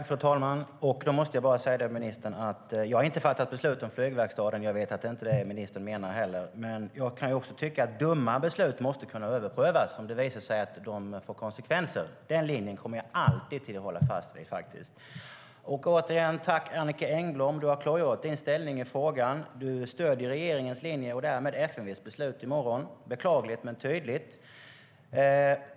Fru talman! Då måste jag bara säga, ministern, att jag inte har fattat beslut om flygverkstaden; jag vet att det inte är det ministern menar heller. Men jag kan tycka att dumma beslut måste kunna överprövas om det visar sig att de får konsekvenser. Den linjen kommer jag alltid att hålla fast vid. Återigen: Tack, Annicka Engblom! Du har klargjort din ställning i frågan. Du stöder regeringens linje och därmed FMV:s beslut i morgon. Det är beklagligt men tydligt.